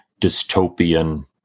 dystopian